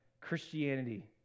Christianity